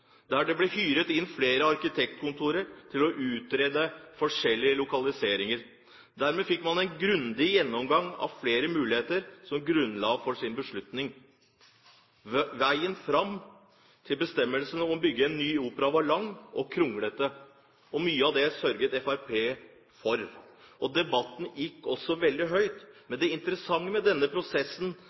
Det ble hyret inn flere arkitektkontorer til å utrede forskjellige lokaliseringer. Dermed fikk man en grundig gjennomgang av flere muligheter som grunnlag for sin beslutning. Veien fram til bestemmelsen om å bygge en ny opera var lang og kronglete – mye av det sørget Fremskrittspartiet for – og debatten gikk også veldig høyt. Men det interessante med denne prosessen